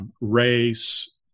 race